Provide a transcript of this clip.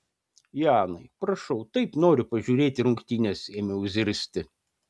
janai prašau taip noriu pažiūrėti rungtynes ėmiau zirzti